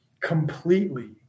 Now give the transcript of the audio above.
completely